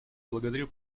благодарю